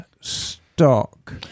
stock